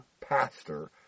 pastor